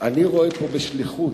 אני רואה פה שליחות